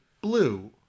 blue